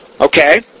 Okay